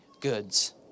goods